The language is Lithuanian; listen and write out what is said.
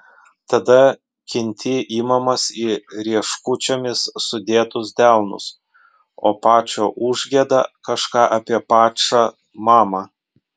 tada kinti imamas į rieškučiomis sudėtus delnus o pačo užgieda kažką apie pačą mamą